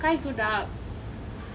sky is so dark